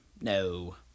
No